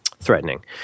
threatening